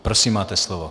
Prosím, máte slovo.